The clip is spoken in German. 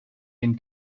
den